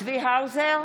צבי האוזר,